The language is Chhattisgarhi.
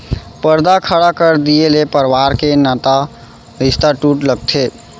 परदा खड़ा कर दिये ले परवार के नता रिस्ता टूटे लगथे